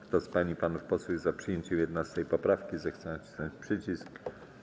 Kto z pań i panów posłów jest za przyjęciem 11. poprawki, zechce nacisnąć przycisk.